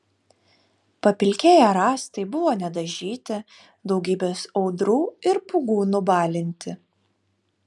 papilkėję rąstai buvo nedažyti daugybės audrų ir pūgų nubalinti